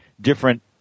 different